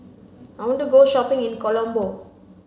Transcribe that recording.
I want to go shopping in Colombo